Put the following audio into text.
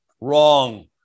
Wrong